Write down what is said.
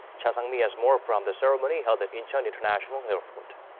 cha sang-mi has more from the ceremony held at incheon international airport.